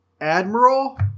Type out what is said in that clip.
Admiral